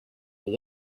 will